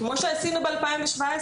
כמו שעשינו ב-2017.